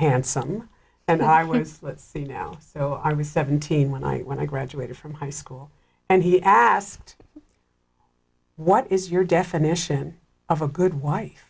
handsome and high with the now so i was seventeen when i when i graduated from high school and he asked what is your definition of a good wife